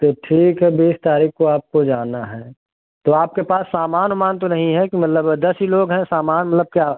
तो ठीक है बीस तारीख़ को आपको जाना है तो आपके पास सामान उमान तो नहीं है कि मतलब दस ही लोग हैं सामान मतलब क्या